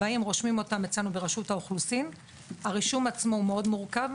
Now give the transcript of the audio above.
באים ורושמים אותם אצלנו ברשות האוכלוסין הרישום עצמו הוא מאוד מורכב,